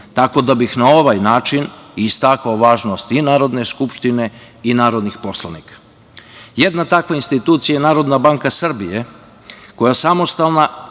Tako da bih na ovaj način istakao važnost i Narodne skupštine i narodnih poslanika. Jedna takva institucija je NBS, koja je samostalna